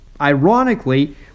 Ironically